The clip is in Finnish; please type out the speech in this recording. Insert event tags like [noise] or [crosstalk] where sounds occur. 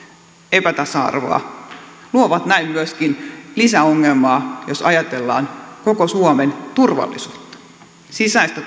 epätasa arvoa luovat näin myöskin lisäongelmaa jos ajatellaan koko suomen sisäistä [unintelligible]